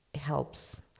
helps